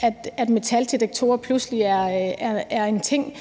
altså når metaldetektorer pludselig er en ting